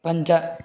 पञ्च